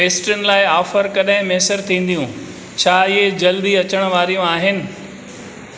पेस्ट्रियुनि लाइ ऑफर कॾहिं मुयसरु थींदियूं छा इहे जल्द ई अचणु वारियूं आहिनि